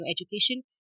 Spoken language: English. education